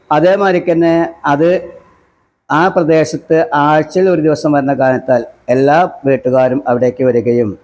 അതേമാതിരി തന്നെ അത് ആ പ്രദേശത്ത് ആഴ്ചയിൽ ഒരു ദിവസം വരുന്ന കാരണത്താല് എല്ലാ വീട്ടുകാരും അവിടത്തേക്ക് വരികയും